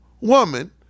woman